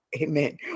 amen